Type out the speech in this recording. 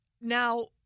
Now